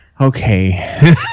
Okay